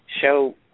show